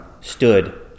stood